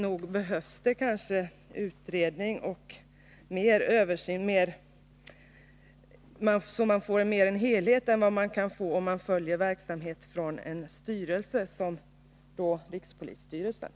Nog behövs det utredningar och en översyn så att man får en större helhet än om man bara följer verksamheten från en styrelse såsom rikspolisstyrelsen.